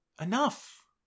Enough